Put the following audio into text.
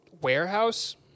warehouse